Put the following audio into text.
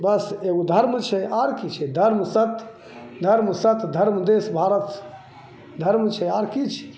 बस एगो धर्म छै आओर कि छै धर्म सत्य धर्म सत्य धर्म देश भारत धर्म छै आओर कि छै